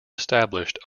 established